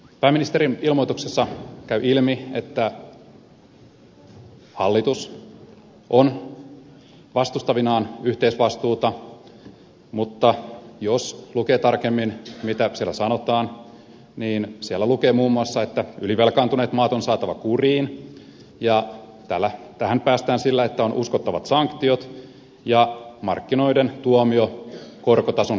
pääministerin ilmoituksesta käy ilmi että hallitus on vastustavinaan yhteisvastuuta mutta jos lukee tarkemmin mitä siellä sanotaan niin siellä lukee muun muassa että ylivelkaantuneet maat on saatava kuriin ja tähän päästään sillä että on uskottavat sanktiot ja markkinoiden tuomio korkotason kautta